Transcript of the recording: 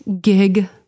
gig